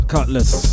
Cutlass